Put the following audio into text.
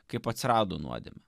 kaip atsirado nuodėmę